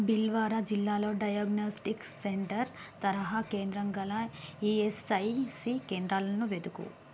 భిల్వారా జిల్లాలో diagnostic centre తరహా కేంద్రం గల ఈయస్ఐసి కేంద్రాలను వెతుకు